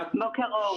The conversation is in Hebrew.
בוקר אור.